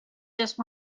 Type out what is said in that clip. just